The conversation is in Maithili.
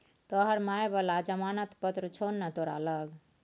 तोहर माय बला जमानत पत्र छौ ने तोरा लग